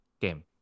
game